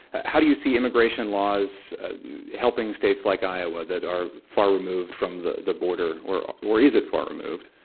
how do you see immigration laws helping states like iowa that are far removed from the the border, or or is it far removed?